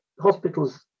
hospitals